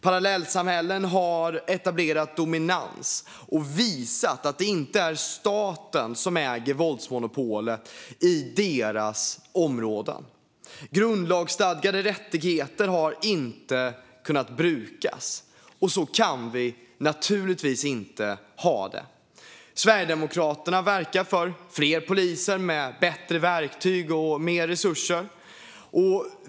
Parallellsamhällen har etablerat dominans och visat att det inte är staten som äger våldsmonopolet i deras områden. Grundlagsstadgade rättigheter har inte kunnat utnyttjas. Så kan vi naturligtvis inte ha det. Sverigedemokraterna verkar för fler poliser med bättre verktyg och mer resurser.